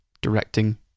directing